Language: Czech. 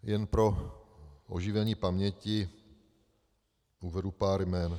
Jen pro oživení paměti uvedu pár jmen.